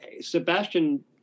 Sebastian